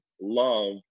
love